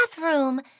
bathroom